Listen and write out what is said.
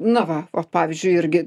na va o pavyzdžiui irgi